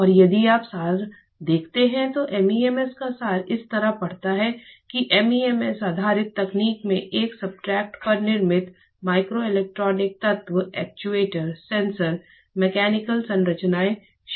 और यदि आप सार देखते हैं तो MEMS का सार इस तरह पढ़ता है कि MEMS आधारित तकनीक में एक सब्सट्रेट पर निर्मित माइक्रोइलेक्ट्रॉनिक तत्व एक्ट्यूएटर सेंसर मैकेनिकल संरचनाएं शामिल हैं